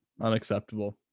unacceptable